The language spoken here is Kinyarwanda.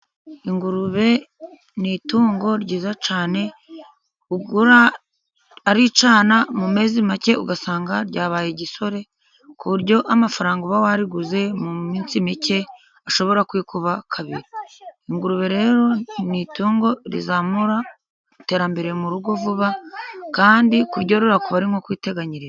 Ingurube ni itungo ryiza cyane, ugura aricyana mu mezi make ugasanga ryabaye igisore ku buryo amafaranga uba wariguze mu minsi mike ashobora kwikuba kabiri, ingurube rero ni itungo rizamura iterambere mu rugo vuba kandi kuryorora kuba bari nko kwiteganyiriza.